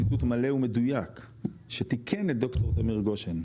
ציטוט מלא ומדויק שתיקן את ד"ר תמיר גושן,